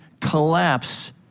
collapse